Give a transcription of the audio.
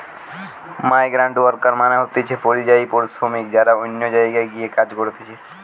migrant worker মানে হতিছে পরিযায়ী শ্রমিক যারা অন্য জায়গায় গিয়ে কাজ করতিছে